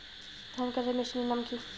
ধান কাটার মেশিনের নাম কি?